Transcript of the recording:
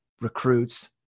recruits